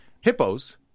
Hippos